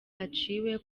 aciwe